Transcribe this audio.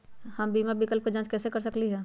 हम बीमा विकल्प के जाँच कैसे कर सकली ह?